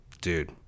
dude